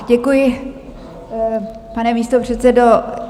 Děkuji, pane místopředsedo.